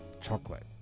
chocolate